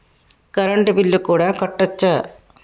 Current bill కూడా కట్టొచ్చా?